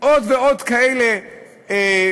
עוד ועוד על כאלה הסתייגויות,